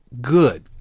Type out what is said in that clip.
Good